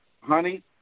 Honey